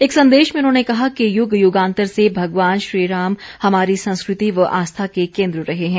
एक संदेश में उन्होंने कहा कि युग युगांतर से भगवान श्री राम हमारी संस्कृति व आस्था के केंद्र रहे हैं